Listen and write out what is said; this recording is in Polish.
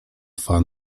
twa